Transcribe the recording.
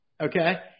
Okay